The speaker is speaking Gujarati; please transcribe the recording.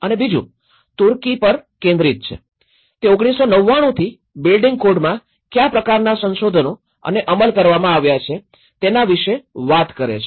અને બીજું તુર્કી પાર કેન્દ્રિત છે તે ૧૯૯૯થી બિલ્ડિંગ કોડમાં કયા પ્રકારનાં સંશોધનો અને અમલ કરવામાં આવ્યા છે તેના વિશે વાત કરે છે